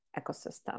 ecosystem